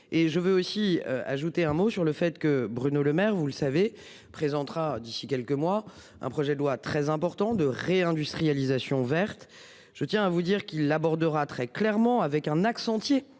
je veux aussi ajouter un mot sur le fait que Bruno Lemaire vous le savez présentera d'ici quelques mois un projet de loi très important de réindustrialisation verte. Je tiens à vous dire qu'il abordera très clairement avec un axe entiers